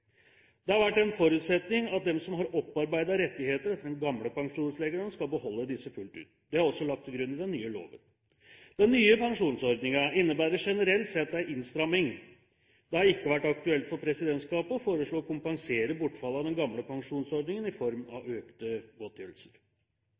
Det har vært en forutsetning at de som har opparbeidet rettigheter etter de gamle pensjonsreglene, skal beholde disse fullt ut. Dette er også lagt til grunn i den nye loven. Den nye pensjonsordningen innebærer generelt sett en innstramming. Det har ikke vært aktuelt for presidentskapet å foreslå å kompensere bortfallet av den gamle pensjonsordningen i form av